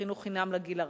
חינוך חינם לגיל הרך.